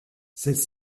celles